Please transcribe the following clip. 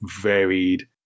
varied